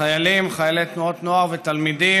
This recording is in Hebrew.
חיילים, חיילי תנועות נוער ותלמידים,